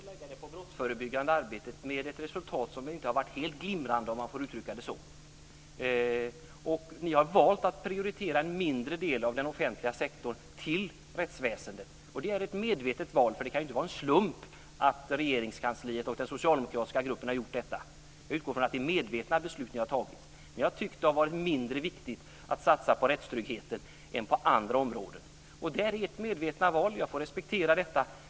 Fru talman! Ni har valt att lägga medlen på det brottsförebyggande arbetet, med ett resultat som inte har varit helt glimrande, om man får uttrycka det så. Ni har valt att prioritera en mindre del av den offentliga sektorns medel till rättsväsendet. Det är ett medvetet val. Det kan ju inte vara en slump att Regeringskansliet och den socialdemokratiska gruppen har gjort detta. Jag utgår från att det är medvetna beslut ni har fattat. Ni har tyckt att det har varit mindre viktigt att satsa på rättstryggheten än på andra områden. Det är ert medvetna val. Jag får respektera detta.